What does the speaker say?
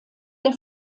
der